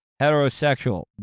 heterosexual